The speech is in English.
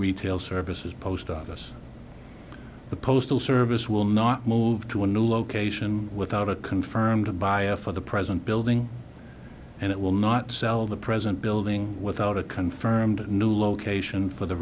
retail services post office the postal service will not move to a new location without a confirmed by a for the present building and it will not sell the present building without a confirmed new location for the